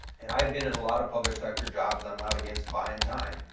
and i've been in a lot of public sector jobs. i'm not against buying time.